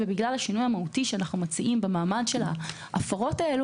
ובגלל השינוי המהותי שאנחנו מציעים במעמד של ההפרות האלה,